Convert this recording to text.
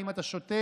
אם אתה שותה,